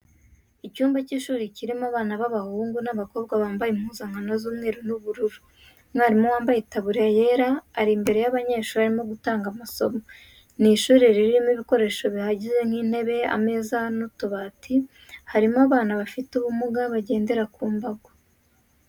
Icyumba cy'ishuri kirimo abana b'abahungu n'abakobwa bambaye impuzankano z'umweru n'ubururu, umwarimu wambaye itaburiya yera, ari imbere y'abanyeshuri arimo gutanga amasomo, ni ishuri ririmo ibikoresho bihagije nk'intebe, utubati n'ameza, harimo abana bafite ubumuga bagendera ku mbago.